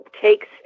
takes